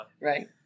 Right